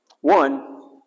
One